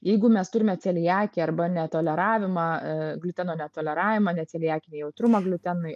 jeigu mes turime celiakiją arba netoleravimą gliuteno netoleravimą neceliakinį jautrumą gliutenui